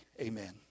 Amen